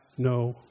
no